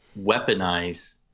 weaponize